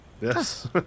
Yes